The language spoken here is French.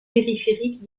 périphériques